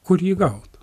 kur jį gaut